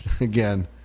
again